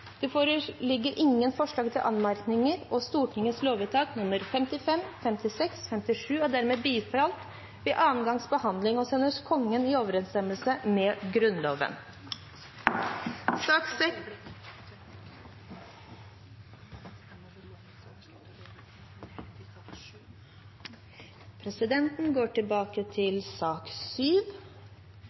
Det foreligger ikke forslag til anmerkninger. Stortingets lovvedtak er dermed bifalt ved andre gangs behandling av lovsaker og blir å sende Kongen i overensstemmelse med Grunnloven.